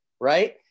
right